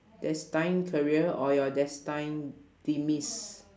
destined career or your destined demise